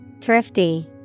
thrifty